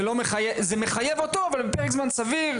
זה מחייב אותו אבל בפרק זמן סביר.